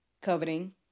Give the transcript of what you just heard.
coveting